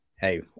Hey